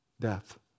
Death